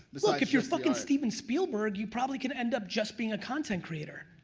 look, if you're fuckin' steven spielberg, you probably could end up just being a content creator,